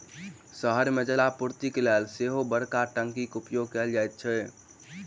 शहर मे जलापूर्तिक लेल सेहो बड़का टंकीक उपयोग कयल जाइत छै